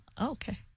Okay